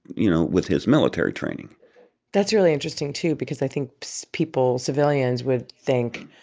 you know, with his military training that's really interesting, too, because i think so people, civilians, would think,